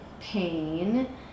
pain